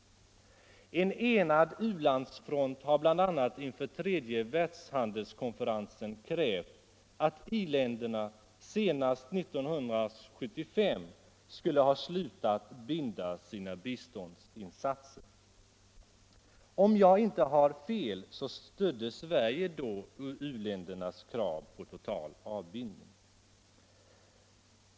En enad u-landsfront krävde bl.a. inför tredje världshandelskonferensen att i-länderna senast 1975 skall ha slutat binda sina biståndsinsatser. Om jag inte har fel stödde Sverige då u-ländernas krav på total avbindning.